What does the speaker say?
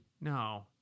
No